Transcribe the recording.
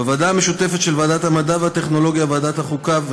בוועדה המשותפת של ועדת המדע והטכנולוגיה וועדת החוקה,